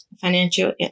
Financial